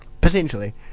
Potentially